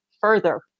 further